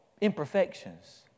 imperfections